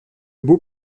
beau